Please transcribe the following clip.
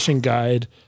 guide